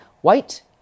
White